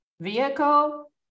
vehicle